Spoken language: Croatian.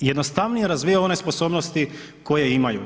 jednostavnije razvijaju one sposobnosti koje imaju.